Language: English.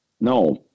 no